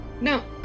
no